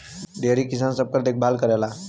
dairy किसान सबकर देखभाल करेला